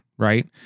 Right